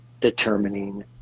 determining